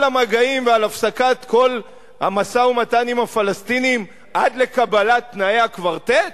המגעים ועל הפסקת כל המשא-ומתן עם הפלסטינים עד לקבלת תנאי הקוורטט?